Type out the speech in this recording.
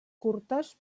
curtes